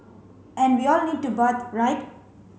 and we all need to bathe right